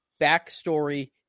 backstory